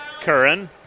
Curran